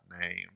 name